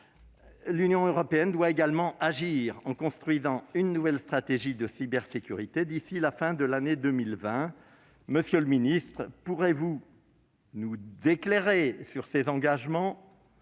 l'Union européenne doit également agir en construisant une nouvelle stratégie de cybersécurité d'ici à la fin de l'année 2020. Monsieur le secrétaire d'État, pourriez-vous nous éclairer sur ces engagements,